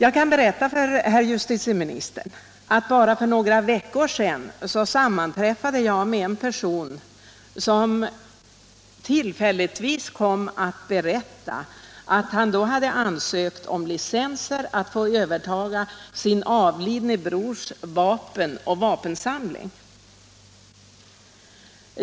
Jag kan berätta för herr justitieministern att jag bara för några veckor sedan sammanträffade med en person, som tillfälligtvis kom att berätta att han då hade ansökt om licenser för att få övertaga sin avlidne brors vapensamling.